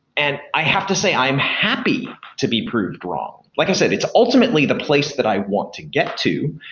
and i have to say i am happy to be proved wrong. like i said, it's ultimately the place that i want to get to.